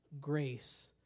grace